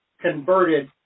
converted